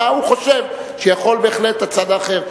מה הוא חושב שיכול בהחלט הצד האחר לעשות.